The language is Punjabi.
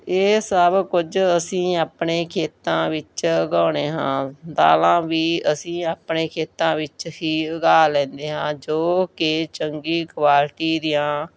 ਇਹ ਸਭ ਕੁਝ ਅਸੀਂ ਆਪਣੇ ਖੇਤਾਂ ਵਿੱਚ ਉਗਾਉਂਦੇ ਹਾਂ ਦਾਲਾਂ ਵੀ ਅਸੀਂ ਆਪਣੇ ਖੇਤਾਂ ਵਿੱਚ ਹੀ ਉਗਾ ਲੈਂਦੇ ਹਾਂ ਜੋ ਕਿ ਚੰਗੀ ਕੁਆਲਿਟੀ ਦੀਆਂ